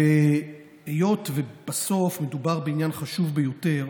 היות שבסוף מדובר בעניין חשוב ביותר,